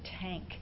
tank